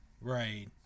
right